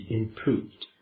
improved